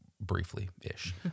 briefly-ish